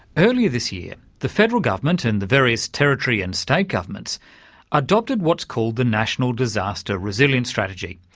earlier this year the federal government and the various territory and state governments adopted what's called the national disaster resilience strategy,